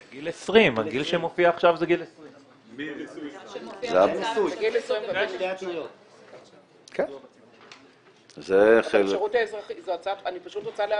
לגיל 20. הגיל שמופיע עכשיו זה גיל 20. אני פשוט רוצה להבין,